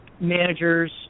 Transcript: managers